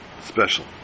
special